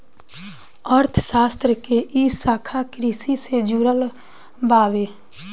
अर्थशास्त्र के इ शाखा कृषि से जुड़ल बावे